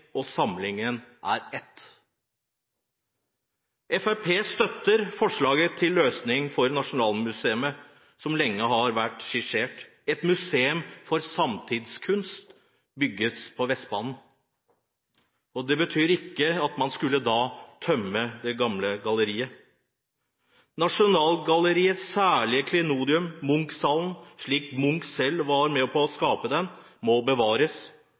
og samlingen er ett. Fremskrittspartiet støtter det forslaget til løsning for Nasjonalmuseet som lenge har vært skissert: Et nytt museum for samtidskunst bygges på Vestbanen. Det betyr ikke at man skal kunne tømme det gamle galleriet. Nasjonalgalleriets særlige klenodium, Munch-salen slik Munch selv var med på å skape den, må bevares